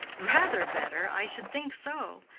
rather better! i should think so.